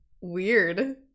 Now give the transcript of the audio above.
weird